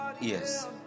Yes